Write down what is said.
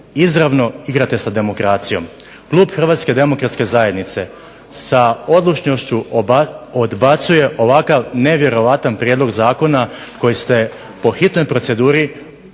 izravno igrate sa demokracijom. Klub Hrvatske demokratske zajednice sa odlučnošću odbacuje ovakav nevjerojatan prijedlog zakona koji ste po hitnoj proceduri donijeli